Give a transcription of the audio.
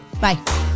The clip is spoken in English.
bye